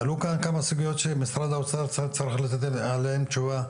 עלו כאן כמה סוגיות שמשרד האוצר צריך לתת עליהן תשובה,